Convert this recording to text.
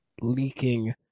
leaking